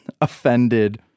offended